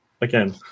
again